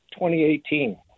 2018